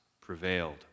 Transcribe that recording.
prevailed